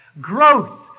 growth